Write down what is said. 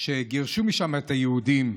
שגירשו מהן את היהודים,